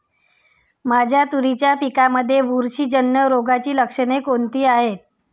माझ्या तुरीच्या पिकामध्ये बुरशीजन्य रोगाची लक्षणे कोणती आहेत?